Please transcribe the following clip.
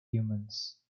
humans